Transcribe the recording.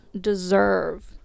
deserve